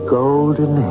golden